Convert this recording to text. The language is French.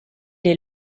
est